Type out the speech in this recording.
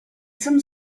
some